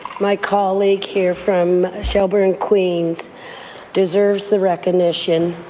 my colleague here from queens-shelburne queens-shelburne deserves the recognition.